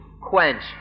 quench